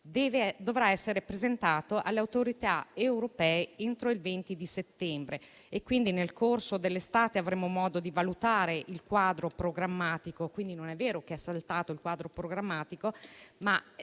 dovrà essere presentato alle autorità europee entro il 20 settembre. Nel corso dell'estate avremo modo di valutare il quadro programmatico; quindi non è vero che è saltato il quadro programmatico, in